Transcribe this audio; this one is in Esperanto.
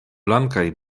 blankaj